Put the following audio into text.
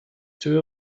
two